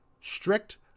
strict